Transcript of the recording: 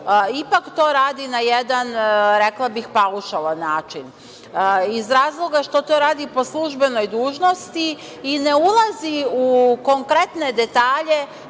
ipak to radi na jedan, rekla bih, paušalan način, iz razloga što to radi po službenoj dužnosti i ne ulazi u konkretne detalje